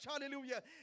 hallelujah